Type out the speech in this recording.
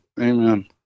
Amen